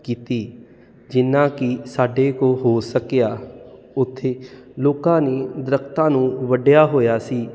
ਕੀਤੀ ਜਿੰਨਾ ਕਿ ਸਾਡੇ ਕੋਲ ਹੋ ਸਕਿਆ ਉੱਥੇ ਲੋਕਾਂ ਨੇ ਦਰਖਤਾਂ ਨੂੰ ਵੱਡਿਆ ਹੋਇਆ ਸੀ